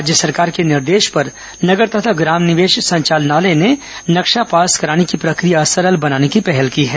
राज्य सरकार के निर्देश पर नगर तथा ग्राम निवेश संचालनालय ने नक्शा पास कराने की प्रक्रिया सरल बनाने की पहल की है